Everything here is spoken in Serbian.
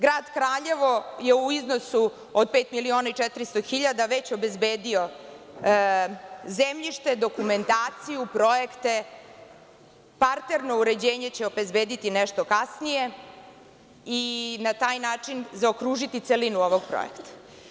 Grad Kraljevo je u iznosu od pet miliona i 400 hiljada već obezbedio zemljište, dokumentaciju, projekte, parterno uređenje će obezbediti nešto kasnije i na taj način zaokružiti celinu ovog projekta.